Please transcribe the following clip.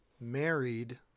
married